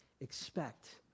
Expect